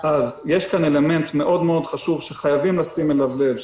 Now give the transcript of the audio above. יש כאן אלמנט חשוב מאוד שחייבים לשים אליו לב,